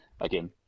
again